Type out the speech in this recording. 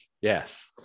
yes